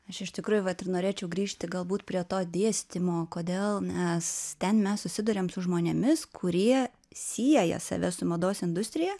aš iš tikrųjų vat ir norėčiau grįžti galbūt prie to dėstymo kodėl mes ten mes susiduriam su žmonėmis kurie sieja save su mados industrija